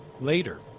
Later